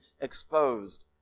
exposed